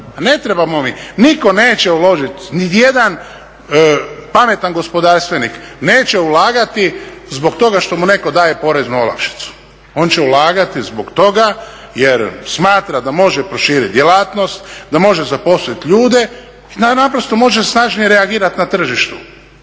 Ne trebamo, nitko neće uložit. Nijedan pametan gospodarstvenik neće ulagati zbog toga što mu netko daje poreznu olakšicu, on će ulagati zbog toga jer smatra da može proširit djelatnost, da može zaposlit ljude i da naprosto može snažnije reagirat na tržištu,